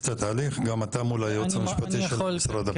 תאיץ את התהליך גם אתה מול הייעוץ המשפטי של משרד הפנים.